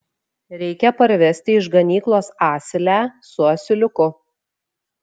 reikia parvesti iš ganyklos asilę su asiliuku